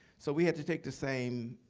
so we had to take the same